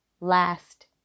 last